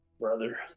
brother